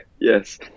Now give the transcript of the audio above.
yes